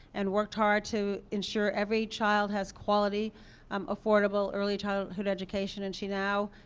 and worked hard to ensure every child has quality um affordable early childhood education. and she now,